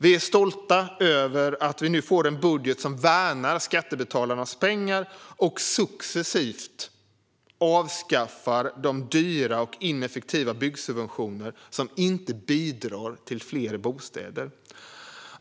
Vi är stolta över att vi nu får en budget som värnar skattebetalarnas pengar och successivt avskaffar de dyra och ineffektiva byggsubventioner som inte bidrar till fler bostäder.